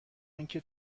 آنکه